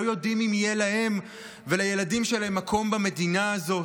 לא יודעים אם יהיה להם ולילדים שלהם מקום במדינה הזאת?